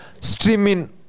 streaming